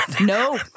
no